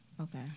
Okay